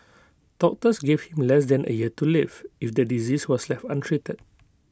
doctors gave him less than A year to live if the disease was left untreated